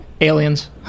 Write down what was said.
Aliens